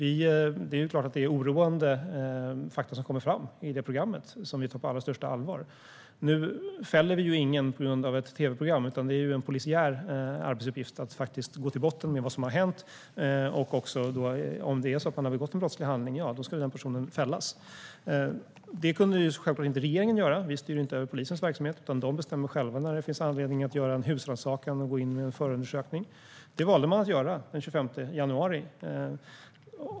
Det är klart att det är oroande fakta som kommer fram i programmet, och vi tar detta på allra största allvar. Vi fäller ingen på grund av ett tv-program, utan det är en polisiär arbetsuppgift att gå till botten med vad som har hänt. Om det har begåtts en brottslig handling ska personen fällas. Det kunde självklart inte regeringen göra. Vi styr inte över polisens verksamhet, utan de bestämmer själva när det finns anledning att göra husrannsakan och gå in med en förundersökning. Det valde man att göra den 25 januari.